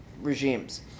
regimes